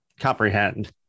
comprehend